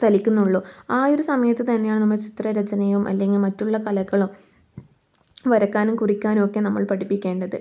ചലിക്കുന്നുള്ളു ആ ഒര് സമയത്ത് തന്നെയാണ് നമ്മൾ ചിത്രരചനയും അല്ലെങ്കിൽ മറ്റുള്ള കലകളും വരക്കാനും കുറിക്കാനും ഒക്കെ നമ്മൾ പഠിപ്പിക്കേണ്ടത്